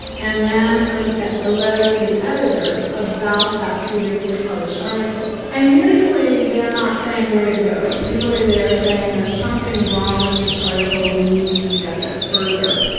and then and ah a letter to the editor of about that previously published article. and, usually, they're not saying, way to go! usually they are saying there is something wrong with this article, we need to discuss it further.